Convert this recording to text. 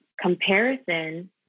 comparison